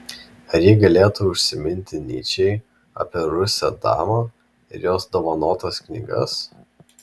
ar ji galėtų užsiminti nyčei apie rusę damą ir jos dovanotas knygas